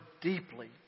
deeply